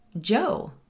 joe